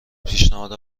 پیشنهاد